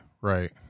right